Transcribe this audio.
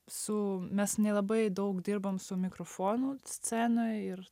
su mes nelabai daug dirbam su mikrofonu scenoj ir